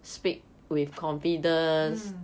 mm